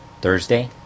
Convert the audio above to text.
Thursday